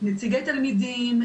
נציגי תלמידים,